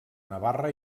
navarra